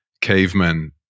cavemen